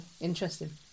Interesting